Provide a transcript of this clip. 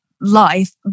life